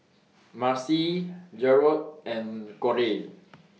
Marcy Jarod and Korey